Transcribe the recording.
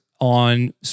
on